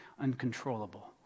uncontrollable